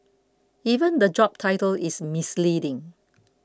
even the job title is misleading